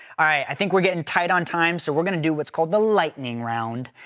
i think we're getting tight on time so we're gonna do what's called the lightning round.